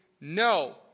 no